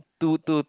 two two